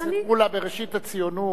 חבר הכנסת מולה, בראשית הציונות,